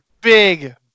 Big